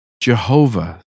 Jehovah